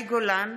יאיר גולן,